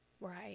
right